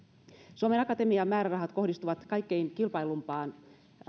suomen akatemian määrärahat kohdistuvat kaikkein kilpailluimpaan